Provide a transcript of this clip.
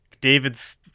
David's